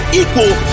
equal